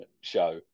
show